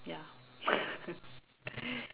ya